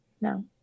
no